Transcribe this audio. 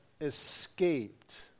escaped